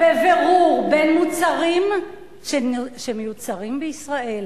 בבירור בין מוצרים שמיוצרים בישראל,